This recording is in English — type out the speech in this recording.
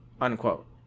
unquote